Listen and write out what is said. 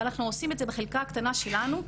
אבל אנחנו עושים את זה בחלקה הקטנה שלנו,